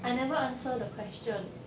I never answer the question